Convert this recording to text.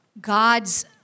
God's